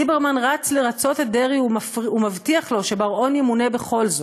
ליברמן רץ לרצות את דרעי ומבטיח לו שבר-און ימונה בכל זאת.